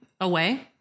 away